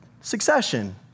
succession